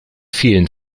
vielen